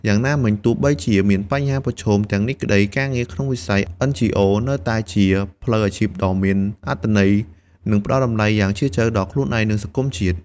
យ៉ាងណាមិញ បើទោះបីជាមានបញ្ហាប្រឈមទាំងនេះក្តី ការងារក្នុងវិស័យ NGO នៅតែជា ផ្លូវអាជីពដ៏មានអត្ថន័យ និងផ្តល់តម្លៃយ៉ាងជ្រាលជ្រៅដល់ខ្លូនឯង និងសង្គមជាតិ។